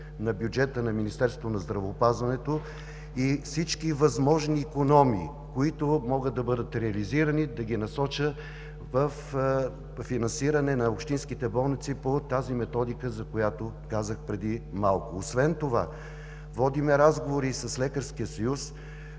на бюджета на Министерство на здравеопазването и всички възможни икономии, които могат да бъдат реализирани, да ги насоча за финансиране на общинските болници по методиката, за която говорих преди малко. Освен това водим разговори и с Българския